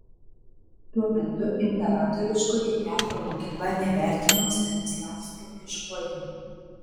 tuo metu imperatoriškoji teatro mokykla nevertino stanislavskio ieškojimų